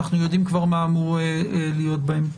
כי אנחנו יודעים כבר מה אמור להיות בהן.